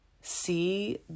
see